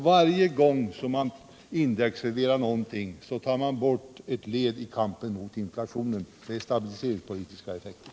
Varje gång som man indexreglerar någonting tar man bort ett led i kampen mot inflationen — det utgör den stabiliseringspolitiska delen.